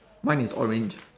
mine is orange